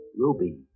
Ruby